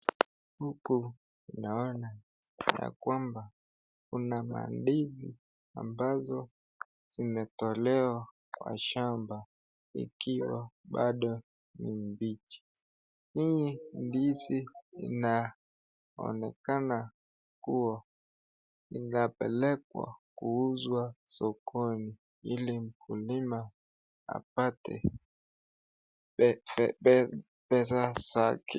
Huku naona ya kwamba kuna mandizi ambazo zimetolewa kwa shamba ikiwa pado ni mbichi, hii ndizi inaonekana kuwa inapelekwa kuuzwa sokoni hili mkulima apate pesa zake.